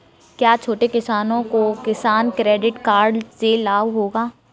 क्या छोटे किसानों को किसान क्रेडिट कार्ड से लाभ होगा?